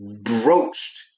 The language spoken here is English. broached